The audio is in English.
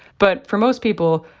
but for most people,